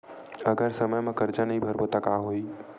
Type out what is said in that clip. अगर समय मा कर्जा नहीं भरबों का होई?